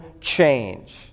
change